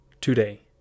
today